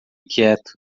quieto